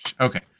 okay